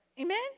amen